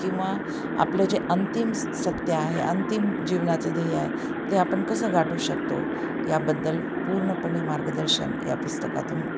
किंवा आपलं जे अंतिम सत्य आहे अंतिम जीवनाचं ध्येय आहे ते आपण कसं गाठवू शकतो याबद्दल पूर्णपणे मार्गदर्शन या पुस्तकातून